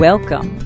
Welcome